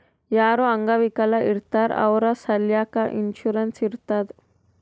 ಯಾರು ಅಂಗವಿಕಲ ಇರ್ತಾರ್ ಅವ್ರ ಸಲ್ಯಾಕ್ ಇನ್ಸೂರೆನ್ಸ್ ಇರ್ತುದ್